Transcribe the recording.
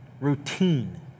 routine